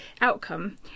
outcome